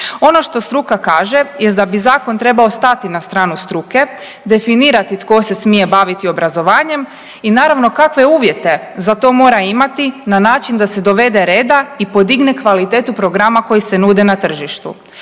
Ono što struka kaže jest da bi zakon trebao stati na stranu struke, definirati tko se smije baviti obrazovanjem i naravno kakve uvjete za to mora imati na način da se dovede reda i podigne kvalitetu programa koji se nude na tržištu.